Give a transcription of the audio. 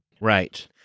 Right